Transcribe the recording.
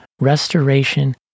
restoration